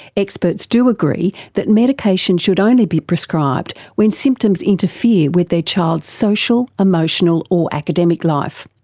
experts do agree that medication should only be prescribed when symptoms interfere with their child's social, emotional, or academic life.